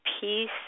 peace